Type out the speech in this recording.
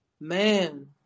man